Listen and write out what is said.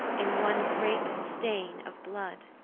in one great stain of blood.